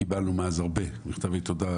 קיבלנו מאז הרבה מכתבי תודה,